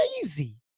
crazy